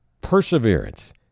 perseverance